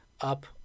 up